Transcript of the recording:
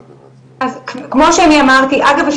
אגב,